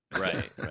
right